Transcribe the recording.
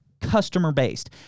customer-based